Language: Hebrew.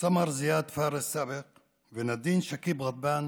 סמר זיאד פארס ונדין שכיב ע'באן